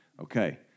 Okay